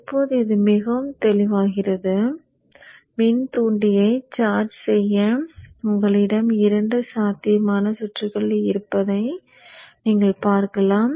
இப்போது இது மிகவும் தெளிவாகிறது மின்தூண்டியை சார்ஜ் செய்ய உங்களிடம் 2 சாத்தியமான சுற்றுகள் இருப்பதை நீங்கள் பார்க்கலாம்